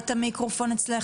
יש את החבר'ה של שומרי